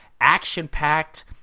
action-packed